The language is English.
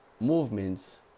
movements